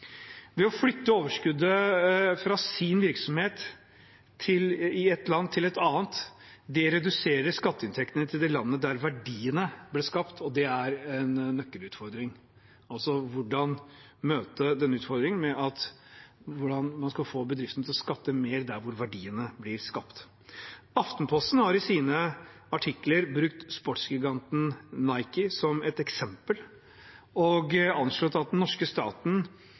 Ved å flytte overskuddet fra sin virksomhet i et land til et annet, reduseres skatteinntektene til det landet der verdiene ble skapt, og det er en nøkkelutfordring: Hvordan møte denne utfordringen med å få bedriftene til å skatte mer der hvor verdiene blir skapt? Aftenposten har i sine artikler brukt sportsgiganten Nike som et eksempel, og anslått at den norske staten